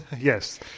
Yes